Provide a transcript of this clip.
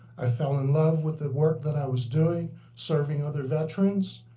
i fell in love with the work that i was doing serving other veterans.